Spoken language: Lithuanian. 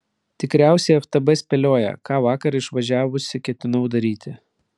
tikriausiai ftb spėlioja ką vakar išvažiavusi ketinau daryti